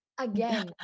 Again